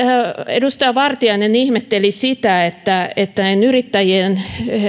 edustaja vartiainen ihmetteli sitä että että yrittäjien